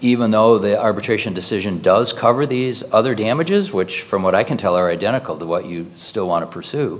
even though they arbitration decision does cover these other damages which from what i can tell are identical to what you still want to pursue